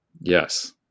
Yes